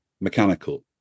mechanical